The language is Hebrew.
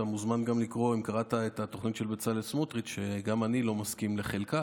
אם קראת את התוכנית של בצלאל סמוטריץ' שגם אני לא מסכים עם חלקה,